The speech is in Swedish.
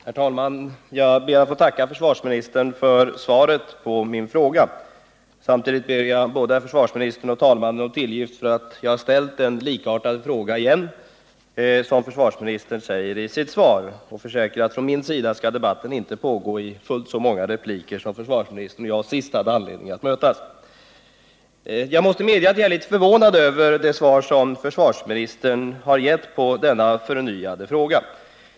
Herr talman! Jag ber att få tacka försvarsministern för svaret på min fråga. Samtidigt ber jag både herr försvarsministern och talmannen om tillgift för att jag har ställt en likartad fråga igen, och jag försäkrar att från min sida skall debatten inte pågå i fullt så många repliker som när försvarsministern och jag sist hade anledning att mötas. Jag måste medge att jag är litet förvånad över det svar som försvarsministern har gett på denna förnyade fråga.